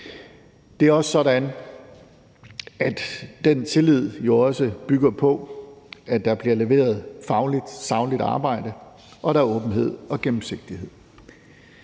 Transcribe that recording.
Det er også sådan, at den tillid jo bygger på, at der bliver leveret fagligt og sagligt arbejde, og at der er åbenhed og gennemsigtighed.